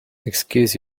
excuse